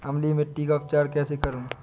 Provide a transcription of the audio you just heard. अम्लीय मिट्टी का उपचार कैसे करूँ?